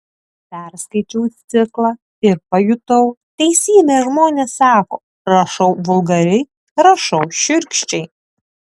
perskaičiau ciklą ir pajutau teisybę žmonės sako rašau vulgariai rašau šiurkščiai